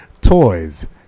toys